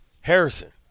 Harrison